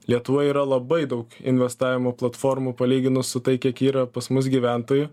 lietuvoj yra labai daug investavimo platformų palyginus su tai kiek yra pas mus gyventojų